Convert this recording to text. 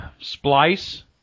Splice